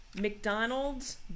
McDonald's